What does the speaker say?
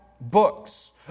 books